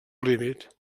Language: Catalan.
límit